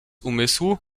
umysłu